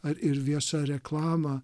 ar ir viešą reklamą